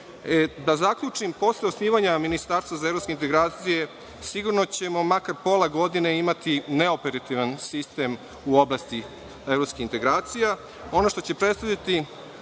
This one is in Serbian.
zaključim, posle osnivanja ministarstva za evropske integracije, sigurno ćemo, makar pola godine, imati neoperativan sistem u oblasti evropskih integracija.